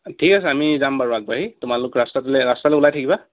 ঠিক আছে আমি যাম বাৰু আগবাঢ়ি তোমালোক ৰাষ্টাটোলৈ ৰাষ্টালৈ ওলাই থাকিবা